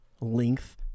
length